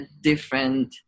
different